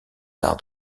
arts